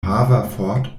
haverford